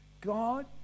God